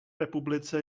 republice